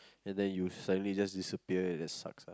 and then you suddenly just disappear and that sucks ah